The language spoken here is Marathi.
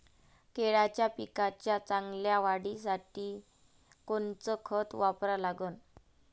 केळाच्या पिकाच्या चांगल्या वाढीसाठी कोनचं खत वापरा लागन?